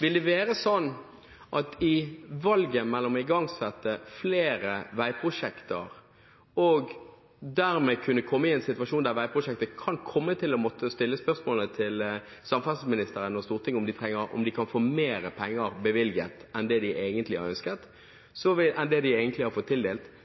Derfor vil jeg stille følgende spørsmål: I valget mellom å igangsette flere veiprosjekter – og dermed kunne komme i en situasjon der veiselskapet kan komme til å måtte stille spørsmål til samferdselsministeren og Stortinget om man kan få mer penger bevilget enn det man egentlig har fått tildelt